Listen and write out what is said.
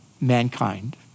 mankind